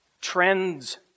trends